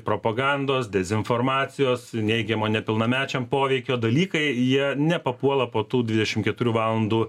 propagandos dezinformacijos neigiamo nepilnamečiam poveikio dalykai jie nepapuola po tų dvidešim keturių valandų